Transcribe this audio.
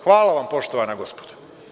Hvala vam poštovana gospodo.